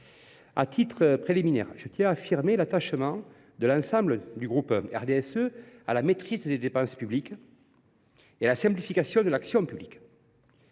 À titre liminaire, je tiens à affirmer l’attachement de l’ensemble du groupe RDSE à la maîtrise des dépenses et à la simplification de l’action publique.